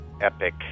epic